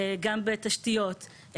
גם בתשתיות,